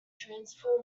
transform